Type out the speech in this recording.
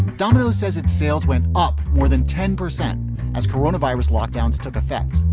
domino's says its sales went up more than ten percent as corona virus lockdown's took effect.